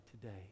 today